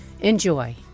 Enjoy